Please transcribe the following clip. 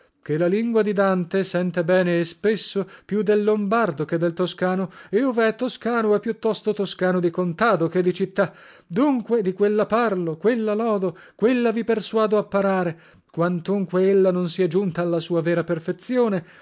ché la lingua di dante sente bene e spesso più del lombardo che del toscano e ove è toscano è più tosto toscano di contado che di città dunque di quella parlo quella lodo quella vi persuado apparare quantunque ella non sia giunta alla sua vera perfezzione